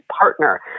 partner